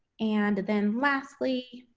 and then, lastly,